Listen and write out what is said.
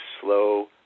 slow